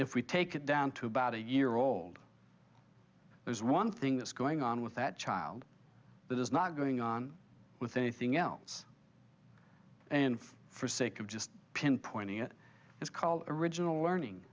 if we take it down to about a year old there's one thing that's going on with that child that is not going on with anything else and for sake of just pinpointing it is called original learning